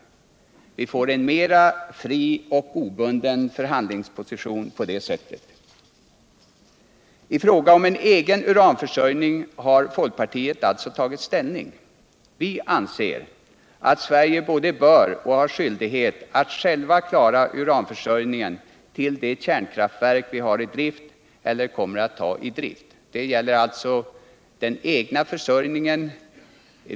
Vi får en mer fri och obunden förhandlingsposition på det sättet. I fråga om en egen uranförsörjning har folkpartiet alltså tagit ställning. Vi anser all vi I Sverige både bör och har skyldighet att själva klara uranförsörjningen till de kärnkraftverk vi har i drift eller kommer att ta i drift.